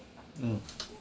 mm